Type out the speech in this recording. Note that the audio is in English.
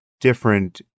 different